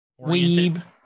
Weeb